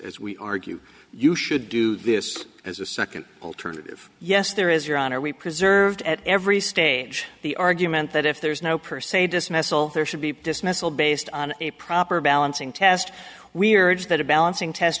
as we argue you should do this as a second alternative yes there is your honor we preserved at every stage the argument that if there is no per se dismissal there should be dismissal based on a proper balancing test weirds that a balancing test